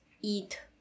eat